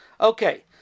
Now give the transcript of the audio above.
Okay